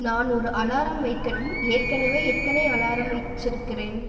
நான் ஒரு அலாரம் வைக்கணும் ஏற்கனவே எத்தனை அலாரம் வைச்சிருக்கிறேன்